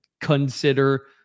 consider